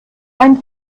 ein